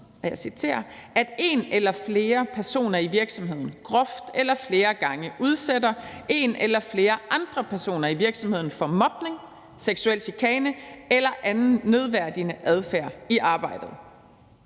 »at en eller flere personer i virksomheden groft eller flere gange udsætter en eller flere andre personer i virksomheden for mobning, seksuel chikane eller anden nedværdigende adfærd i arbejdet«.